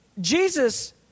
Jesus